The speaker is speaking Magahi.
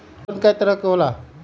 लोन कय तरह के होला?